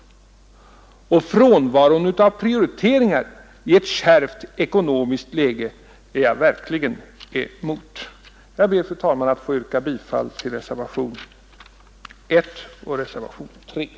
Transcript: Frånvaron av prioriteringar i ett kärvt ekonomiskt läge är jag verkligen mot. Jag ber, fru talman, att få yrka bifall till reservationerna 1, 3 och 4 c.